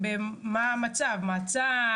מה הסטטוס לגביהם, האם הם במעצר,